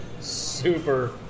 super